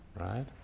right